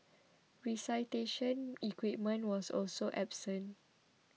resuscitation equipment was also absent